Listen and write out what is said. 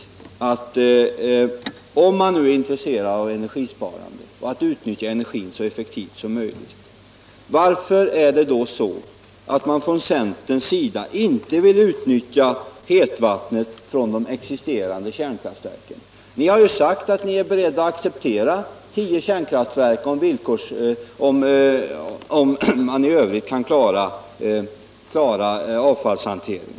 Om man från centerns sida är intresserad av ett energisparande och av att utnyttja energin så effektivt som möjligt, varför vill man då inte utnyttja hetvattnet från de existerande kärnkraftverken? Ni har ju sagt att ni är beredda att acceptera tio kärnkraftverk, om villkorslagen uppfylls och man i övrigt kan klara avfallshanteringen.